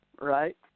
right